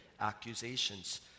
accusations